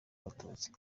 abatutsi